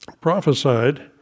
prophesied